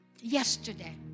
yesterday